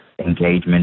engagement